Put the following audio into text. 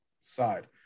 side